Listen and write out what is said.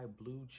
Blue